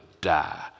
die